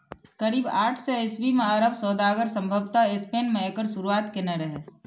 करीब आठ सय ईस्वी मे अरब सौदागर संभवतः स्पेन मे एकर शुरुआत केने रहै